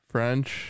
French